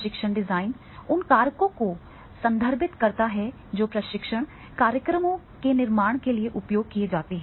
प्रशिक्षण डिजाइन उन कारकों को संदर्भित करता है जो प्रशिक्षण कार्यक्रमों के निर्माण के लिए उपयोग किए जाते हैं